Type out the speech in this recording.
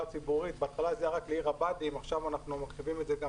הציבורית בהתחלה זה היה רק לעיר הבה"דים ועכשיו אנחנו מרחיבים את זה גם